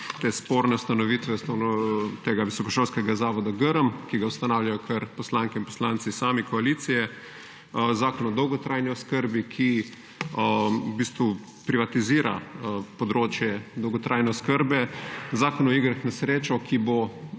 te sporne ustanovitve visokošolskega zavoda Grm, ki ga ustanavljajo kar poslanke in poslanci same koalicije, zakon o dolgotrajni oskrbi, ki v bistvu privatizira področje dolgotrajne oskrbe, Zzkon o igrah na srečo, ki bo